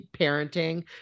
parenting